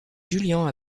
julian